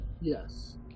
Yes